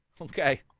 Okay